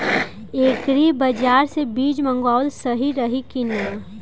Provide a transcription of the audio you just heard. Agri बाज़ार से बीज मंगावल सही रही की ना?